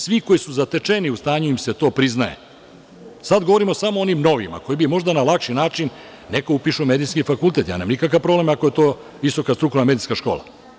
Svi koji su zatečeni, to im se priznaje, sada govorimo samo onim novima koji bi možda na lakši način, neka upišu Medicinski fakultet, ja nemam nikakav problem ako je to visoka strukovna medicinska škola.